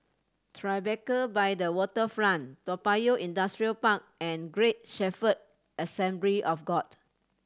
Tribeca by the Waterfront Toa Payoh Industrial Park and Great Shepherd Assembly of God